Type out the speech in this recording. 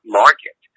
market